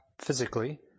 physically